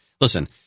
Listen